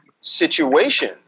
situation